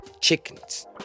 chickens